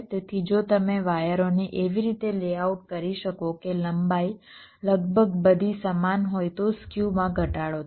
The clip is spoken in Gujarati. તેથી જો તમે વાયરોને એવી રીતે લેઆઉટ કરી શકો કે લંબાઈ લગભગ બધી સમાન હોય તો સ્ક્યુમાં ધટાડો થશે